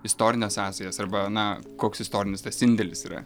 istorines sąsajas arba na koks istorinis tas indėlis yra